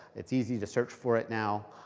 it's easy to search for it now.